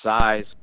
size